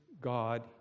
God